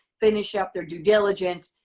finish up their due diligence,